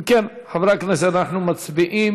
אם כן, חברי הכנסת, אנחנו מצביעים